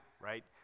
right